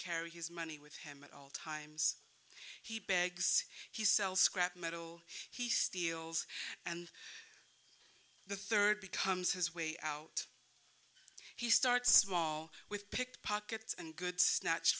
carry his money with him at all times he begs he sells scrap metal he steals and the third becomes his way out he starts small with pickpockets and good snatched